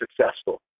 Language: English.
successful